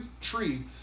tree